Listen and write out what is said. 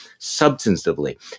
Substantively